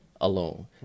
Alone